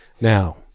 Now